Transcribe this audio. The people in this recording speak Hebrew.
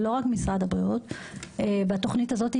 זה לא רק משרד הבריאות בתוכנית הזאת,